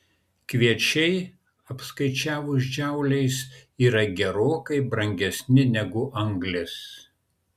kviečiai apskaičiavus džauliais yra gerokai brangesni negu anglis